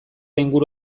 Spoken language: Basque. inguru